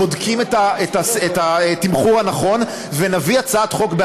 בודקים את התמחור הנכון ונביא הצעת חוק,